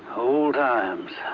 old times.